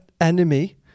enemy